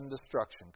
destruction